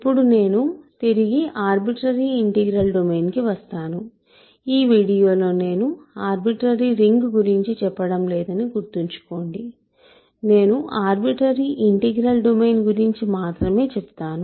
ఇప్పుడు నేను తిరిగి ఆర్బిట్రరి ఇంటెగ్రల్ డొమైన్కి వస్తాను ఈ వీడియోలో నేను ఆర్బిట్రరి రింగ్ గురించి చెప్పడం లేదని గుర్తుంచుకోండి నేను ఆర్బిట్రరి ఇంటిగ్రల్ డొమైన్గురించి మాత్రమే చెప్తాను